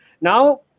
Now